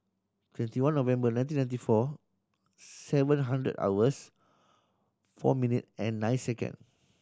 twenty one November nineteen ninety four seven hundred hours four minute and nine second